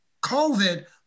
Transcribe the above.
COVID